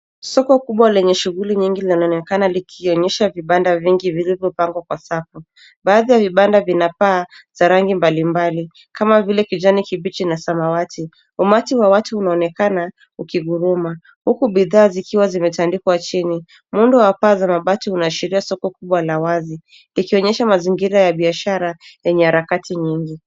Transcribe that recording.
Soko kubwa lenye shughuli nyingi linaonekana likionyesha vibanda vingi vilivyopangwa kwa safu. Baadhi ya vibanda vina paa za rangi mbalimbali kama vile kijani kibichi na samawati. Umati wa watu unaonekana ukighuruma huku bidhaa zikiwa zimetandikwa chini. Muundo wa paa za mabati unaashiria soko kubwa la wazi likionyesha mazingira ya biashara lenye harakati nyingi.